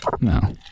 No